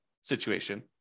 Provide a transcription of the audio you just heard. situation